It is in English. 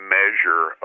measure